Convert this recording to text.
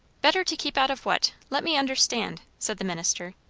better to keep out of what? let me understand, said the minister.